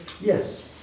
Yes